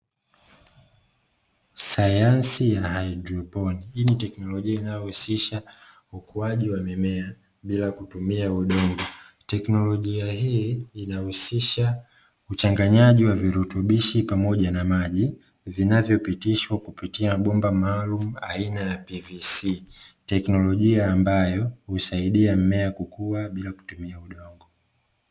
Sayansi ya haidroponi, hii ni teknolojia inayohusisha ukuaji wa mimea bila kutumia udongo. Teknolojia hii inahusisha uchanganyaji wa virutubishi pamoja na maji vinavyopitishwa kupitia bomba maalumu aina ya PVC, teknolojia ambayo husaidia mmea kukua bila kutumia udongo.